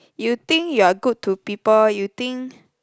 you think you are good to people you think